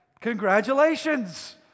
Congratulations